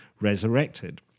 resurrected